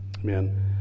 Amen